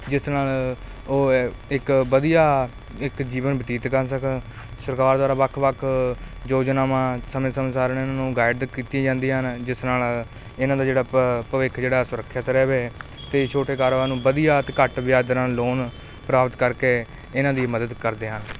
ਜਿਸ ਨਾਲ ਉਹ ਇੱਕ ਵਧੀਆ ਇੱਕ ਜੀਵਨ ਬਤੀਤ ਕਰ ਸਕਣ ਸਰਕਾਰ ਦੁਆਰਾ ਵੱਖ ਵੱਖ ਯੋਜਨਾਵਾਂ ਸਮੇਂ ਸਮੇਂ ਸਾਰਿਆਂ ਨੂੰ ਗਾਈਡ ਕੀਤੀਆਂ ਜਾਂਦੀਆਂ ਹਨ ਜਿਸ ਨਾਲ ਇਹਨਾਂ ਦਾ ਜਿਹੜਾ ਭ ਭਵਿੱਖ ਜਿਹੜਾ ਸੁਰੱਖਿਅਤ ਰਵੇ ਅਤੇ ਛੋਟੇ ਕਾਰੋਬਾਰ ਨੂੰ ਵਧੀਆ ਅਤੇ ਘੱਟ ਵਿਆਜ਼ ਦਰ ਨਾਲ ਲੋਨ ਪ੍ਰਾਪਤ ਕਰਕੇ ਇਹਨਾਂ ਦੀ ਮਦਦ ਕਰਦੇ ਹਨ